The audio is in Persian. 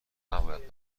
نباید